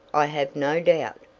i have no doubt.